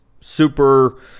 super